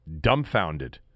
dumbfounded